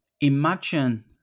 imagine